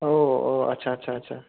औ आस्सा आस्सा आस्सा